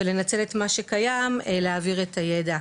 ולנצל את מה שקיים להעביר את הידע.